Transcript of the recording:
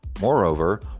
Moreover